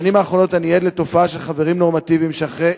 בשנים האחרונות אני ער לתופעה של חברים נורמטיבים שאחרי